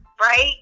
right